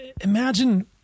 imagine